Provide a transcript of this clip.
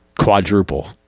quadruple